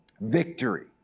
Victory